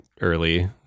early